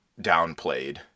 downplayed